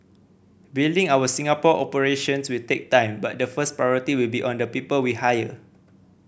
building our Singapore operations will take time but the first priority will be on the people we hire